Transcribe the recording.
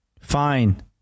Fine